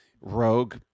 rogue